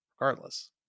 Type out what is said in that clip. regardless